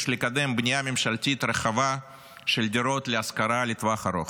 יש לקדם בנייה ממשלתית רחבה של דירות להשכרה לטווח ארוך.